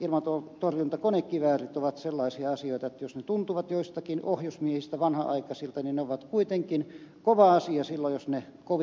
ilmatorjuntakonekiväärit ovat sellaisia asioita että jos ne tuntuvat joistakin ohjusmiehistä vanhanaikaisilta niin ne ovat kuitenkin kova asia jos ne kovilla ampuvat